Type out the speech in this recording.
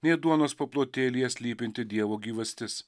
nei duonos paplotėlyje slypinti dievo gyvastis